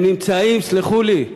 הם נמצאים, סלחו לי,